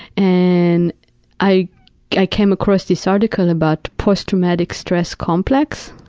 and i i came across this article about post-traumatic stress complex,